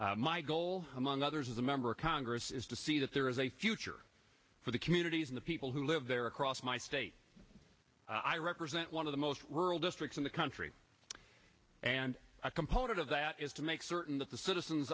america my goal among others as a member of congress is to see that there is a future for the communities in the people who live there across my state i represent one of the most rural districts in the country and a component of that is to make certain that the citizens